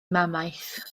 mamaeth